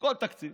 כל תקציב